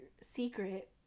secret